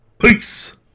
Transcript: Peace